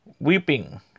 weeping